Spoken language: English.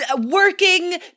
working